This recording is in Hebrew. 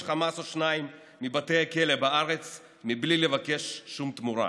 חמאס או שניים מבתי הכלא בארץ בלי לבקש שום תמורה,